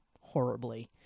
horribly